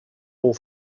all